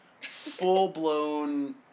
full-blown